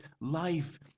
life